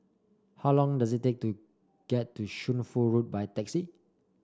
how long does it take to get to Shunfu Road by taxi